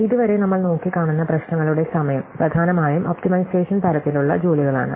ഇതുവരെ നമ്മൾ നോക്കിക്കാണുന്ന പ്രശ്നങ്ങളുടെ സമയം പ്രധാനമായും ഒപ്റ്റിമൈസേഷൻ തരത്തിലുള്ള ജോലികളാണ്